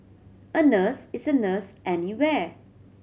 a nurse is a nurse anywhere